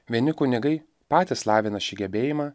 vieni kunigai patys lavina šį gebėjimą